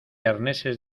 arneses